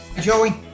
Joey